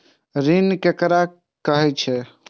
ऋण ककरा कहे छै?